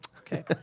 Okay